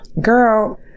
girl